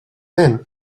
nen